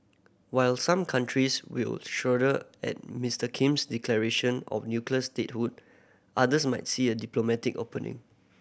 while some countries will shudder at Mister Kim's declaration of nuclear statehood others might see a diplomatic opening